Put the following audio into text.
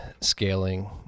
scaling